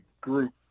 group